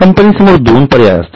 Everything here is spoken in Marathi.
कंपनी समोर दोन पर्याय असतात